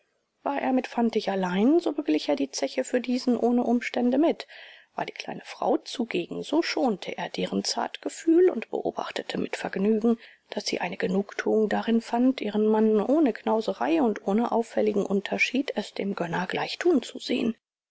war er mit fantig allein so beglich er die zeche für diesen ohne umstände mit war die kleine frau zugegen so schonte er deren zartgefühl und beobachtete mit vergnügen daß sie eine genugtuung darin fand ihren mann ohne knauserei und ohne auffälligen unterschied es dem gönner gleichtun zu sehen